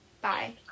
Bye